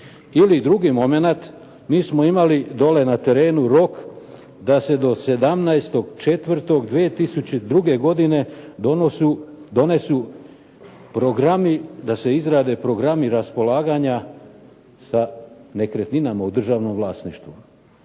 Ili drugi momenat, mi smo imali dole na terenu rok da se do 17.4.2002. godine donesu programi, da se izrade programi raspolaganja sa nekretninama u državnom vlasništvu.